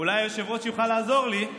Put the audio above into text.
אולי היושב-ראש יוכל לעזור לי,